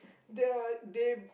the they